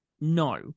No